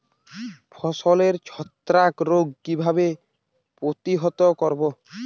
ফসলের ছত্রাক রোগ কিভাবে প্রতিহত করব?